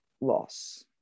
loss